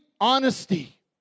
honesty